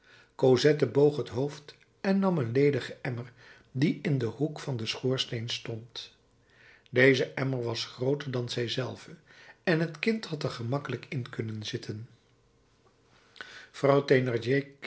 cosette boog het hoofd en nam een ledigen emmer die in den hoek van den schoorsteen stond deze emmer was grooter dan zij zelve en t kind had er gemakkelijk in kunnen zitten